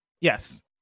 Yes